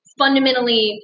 fundamentally